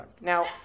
Now